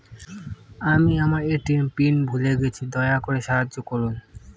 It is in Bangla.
আমি আমার এ.টি.এম পিন ভুলে গেছি, দয়া করে সাহায্য করুন